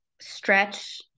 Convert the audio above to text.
stretch